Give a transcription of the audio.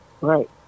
right